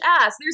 ass